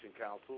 Council